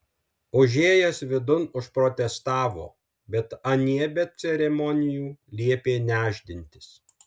užėjęs vidun užprotestavo bet anie be ceremonijų liepė nešdintis